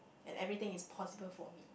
and everything is possible for me